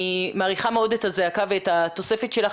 אני מעריכה מאוד את הזעקה ואת התוספת שלך,